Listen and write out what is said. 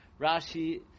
Rashi